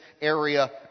area